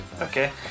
Okay